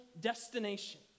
destination